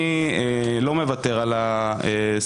אני לא מוותר על הסעיף.